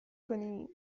کنی